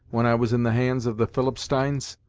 when i was in the hands of the philipsteins?